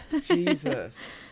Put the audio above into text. Jesus